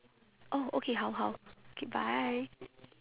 oh okay 好好 okay bye